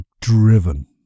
driven